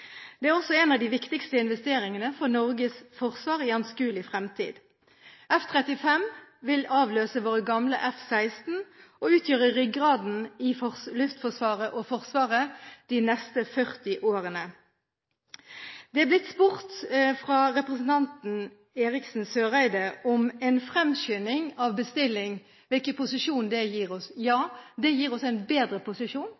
Det er også en av de viktigste investeringene for Norges forsvar i anskuelig fremtid. F-35 vil avløse våre gamle F-16 og utgjøre ryggraden i Luftforsvaret og Forsvaret de neste 40 årene. Det er blitt spurt fra representanten Eriksen Søreide om hvilken posisjon en fremskynding av bestilling gir oss. Det gir oss en bedre posisjon